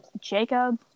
Jacob